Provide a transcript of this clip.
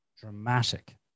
dramatic